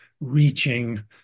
reaching